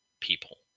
people